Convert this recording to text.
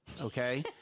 okay